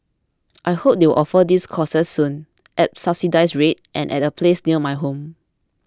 I hope they will offer these courses soon at subsidised rates and at a place near my home